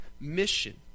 mission